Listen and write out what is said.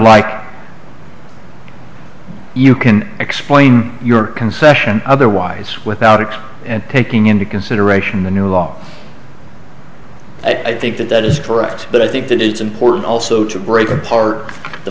like you can explain your concession otherwise without it taking into consideration the new law i think that that is correct but i think that it's important also to break apart the